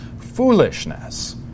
foolishness